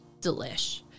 delish